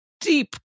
deep